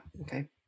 Okay